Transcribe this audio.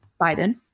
Biden